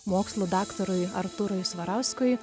mokslų daktarui artūrui svarauskui